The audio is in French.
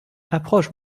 approche